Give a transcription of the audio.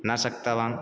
न शक्तवान्